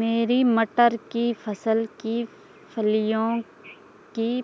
मेरी मटर की फसल की फलियों की